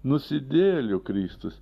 nusidėjėlių kristus